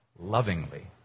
lovingly